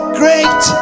great